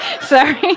Sorry